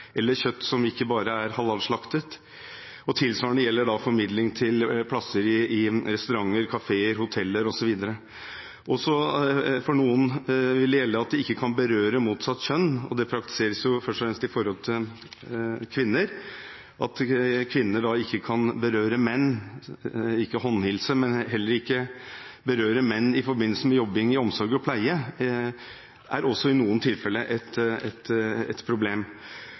eller bare kjøtt som ikke er halalslaktet. Tilsvarende gjelder formidling av plasser i restauranter, kafeer, hoteller, osv. For noen gjelder det også at de ikke kan berøre motsatt kjønn. Det praktiseres først og fremst for kvinner. Kvinner kan ikke berøre menn, ikke håndhilse, og i noen tilfeller er det også et problem at kvinner heller ikke kan berøre menn i forbindelse med jobbing i omsorg og pleie, eller at man har så omfattende og tung bekledning. Én ting er